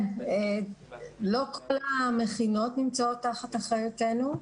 לא כל המכינות נמצאות תחת אחריותנו.